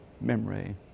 memory